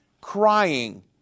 crying